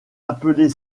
appelées